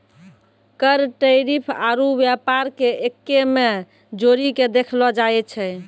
कर टैरिफ आरू व्यापार के एक्कै मे जोड़ीके देखलो जाए छै